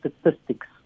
statistics